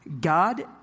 God